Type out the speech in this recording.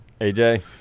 AJ